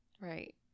Right